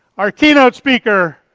our keynote speaker,